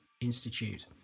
Institute